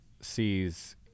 sees